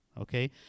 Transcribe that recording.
okay